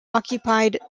occupied